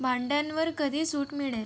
भांड्यांवर कधी सूट मिळेल